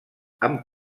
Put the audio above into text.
amb